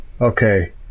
okay